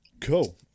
Cool